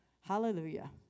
Hallelujah